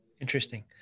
Interesting